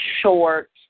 Short